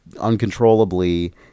uncontrollably